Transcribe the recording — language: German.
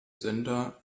sender